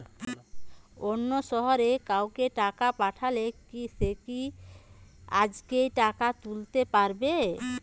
অন্য শহরের কাউকে টাকা পাঠালে সে কি আজকেই টাকা তুলতে পারবে?